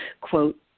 quote